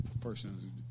person